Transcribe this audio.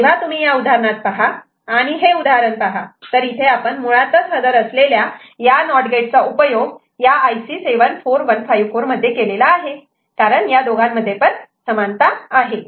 तेव्हा तुम्ही या उदाहरणात पहा आणि हे उदाहरण पहा तर इथे आपण मुळातच हजर असलेल्या या नॉट गेटचा उपयोग या IC 74154 मध्ये केलेला आहे कारण या दोघांमध्ये समानता आहे